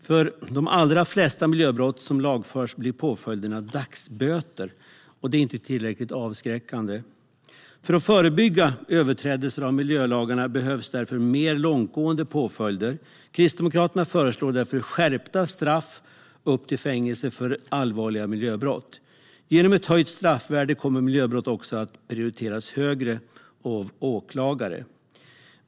För de allra flesta miljöbrott som lagförs blir påföljden dagsböter, och det är inte tillräckligt avskräckande. För att förebygga överträdelser av miljölagarna behövs mer långtgående påföljder. Kristdemokraterna föreslår därför skärpta straff upp till fängelse för allvarligare miljöbrott. Genom ett höjt straffvärde kommer miljöbrott också att prioriteras högre av åklagare.